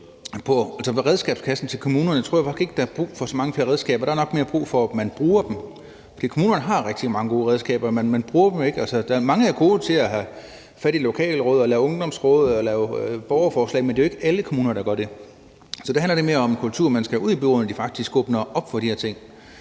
redskabskassen til kommunerne tror jeg faktisk ikke, der er brug for så mange flere redskaber. Der er nok mere brug for, at man bruger dem, for kommunerne har rigtig mange gode redskaber, men man bruger dem jo ikke. Der er mange, der er gode til at have fat i lokalråd eller lave ungdomsråd eller borgerforslag. Men det er jo ikke alle kommuner, der gør det. Så det handler nemlig om kultur og om, at man faktisk skal åbne op for de her ting.